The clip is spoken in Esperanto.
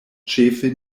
ĉefe